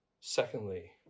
Secondly